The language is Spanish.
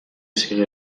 sigue